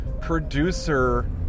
producer